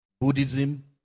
Buddhism